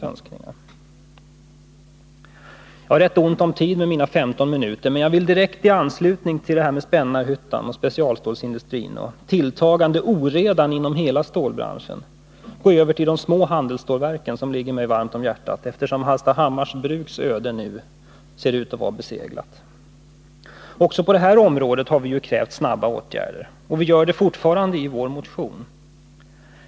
Jag har med mina 15 minuters talartid rätt ont om tid. Men i direkt anslutning till vad jag har sagt om Spännarhyttan, specialstålsindustrin och den tilltagande oredan inom hela stålbranschen vill jag gå över till de små handelsstålverken, som ligger mig varmt om hjärtat, eftersom Hallstahammars Bruks öde nu ser ut att vara beseglat. Också på detta område har vi krävt snabba åtgärder, och vi gör det fortfarande genom vår motion.